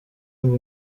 ngo